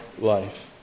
life